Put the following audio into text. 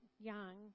young